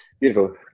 Beautiful